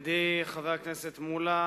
ידידי חבר הכנסת מולה,